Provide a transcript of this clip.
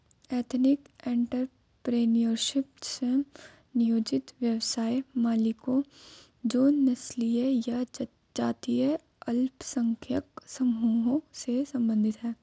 ethnic entrepreneurship, स्व नियोजित व्यवसाय मालिकों जो नस्लीय या जातीय अल्पसंख्यक समूहों से संबंधित हैं